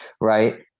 right